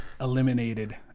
eliminated